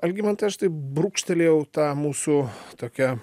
algimantai aš taip brūkštelėjau tą mūsų tokią